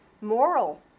moral